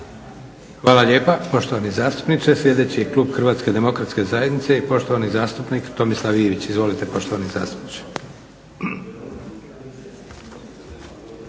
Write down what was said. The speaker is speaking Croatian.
Hvala lijepa poštovani zastupniče. Sljedeći je klub HDZ-a i poštovani zastupnik Tomislav Ivić. Izvolite poštovani zastupniče.